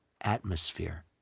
atmosphere